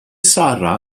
sarra